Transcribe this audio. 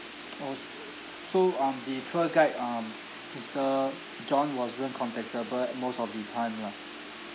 orh so um the tour guide um mister john wasn't contactable most of the time lah